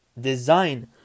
design